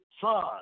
Son